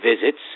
visits